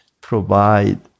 provide